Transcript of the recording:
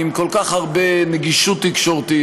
עם כל כך הרבה נגישות תקשורתית,